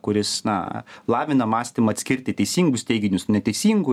kuris na lavina mąstymą atskirti teisingus teiginius neteisingų